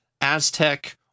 Aztec